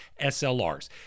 slrs